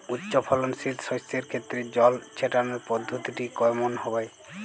উচ্চফলনশীল শস্যের ক্ষেত্রে জল ছেটানোর পদ্ধতিটি কমন হবে?